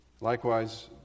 Likewise